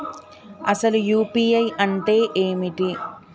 అసలు యూ.పీ.ఐ అంటే ఏమిటి?